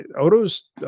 Odo's